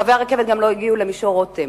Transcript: קווי הרכבת גם לא הגיעו למישור רותם,